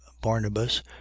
barnabas